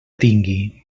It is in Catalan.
tingui